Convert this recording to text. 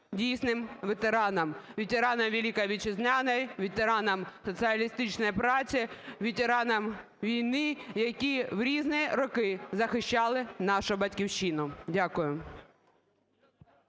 дійсним ветеранам – ветеранам Великої Вітчизняної, ветеранам соціалістичної праці, ветеранам війни, які в різні роки захищали нашу Батьківщину. Дякую.